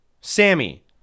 Sammy